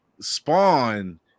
Spawn